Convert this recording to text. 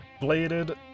bladed